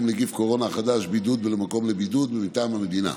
(נגיף הקורונה החדש) (בידוד במקום לבידוד מטעם המדינה),